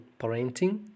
Parenting